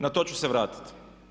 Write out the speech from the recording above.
Na to ću se vratiti.